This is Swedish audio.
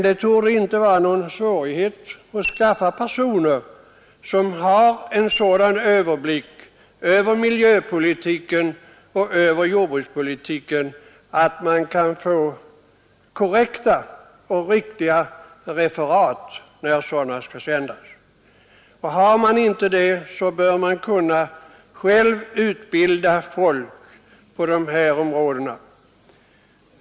Det torde dock inte vara någon svårighet att skaffa personer som har en sådan överblick över miljöpolitiken och över jordbrukspolitiken att de kan göra korrekta referat. Radion borde annars kunna själv utbilda folk på de här områdena.